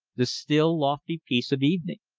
the still lofty peace of evening.